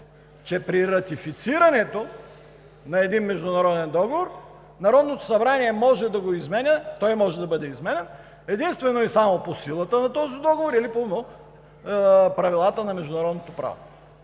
че при ратифицирането на един международен договор Народното събрание може да го изменя – той може да бъде изменян, единствено и само по силата на този договор или по правилата на международното право.